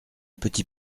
petit